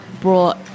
brought